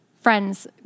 Friends